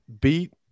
beat